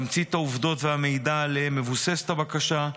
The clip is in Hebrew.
תמצית העובדות והמידע שעליהם מבוססת הבקשה,